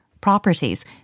properties